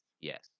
yes